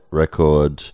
record